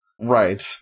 Right